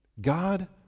god